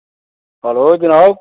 hello जनाब